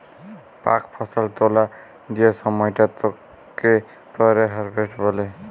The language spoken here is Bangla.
পাক ফসল তোলা যে সময়টা তাকে পরে হারভেস্ট বলে